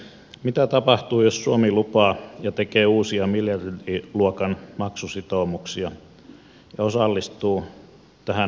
mitä tapahtuu jos suomi lupaa ja tekee uusia miljardiluokan maksusitoumuksia ja osallistuu tähän hulluuteen